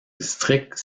district